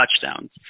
touchdowns